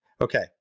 Okay